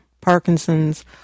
Parkinson's